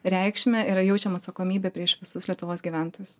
reikšmę ir jaučiam atsakomybę prieš visus lietuvos gyventojus